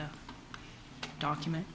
the document